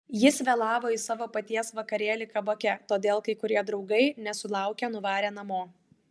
jis vėlavo į savo paties vakarėlį kabake todėl kai kurie draugai nesulaukę nuvarė namo